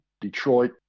Detroit